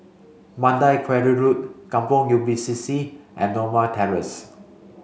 Mandai Quarry Road Kampong Ubi C C and Norma Terrace